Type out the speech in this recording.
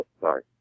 Sorry